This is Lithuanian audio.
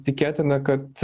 tikėtina kad